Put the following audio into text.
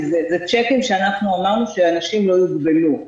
כי זה צ'קים שאנחנו אמרנו שהאנשים לא יוגבלו.